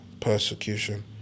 Persecution